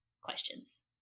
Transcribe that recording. questions